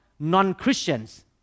non-Christians